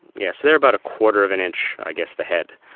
yes, they are about a quarter of an inch, i guess, the head,